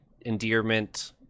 endearment